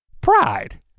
pride